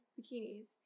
bikinis